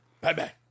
Bye-bye